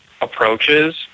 approaches